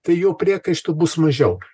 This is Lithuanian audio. tai jo priekaištų bus mažiau